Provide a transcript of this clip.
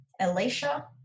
Alicia